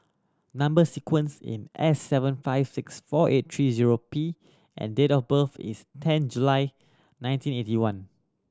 number sequence in S seven five six four eight three zero P and date of birth is ten July nineteen eighty one